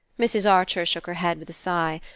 mrs. archer shook her head with a sigh.